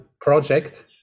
project